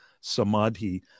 samadhi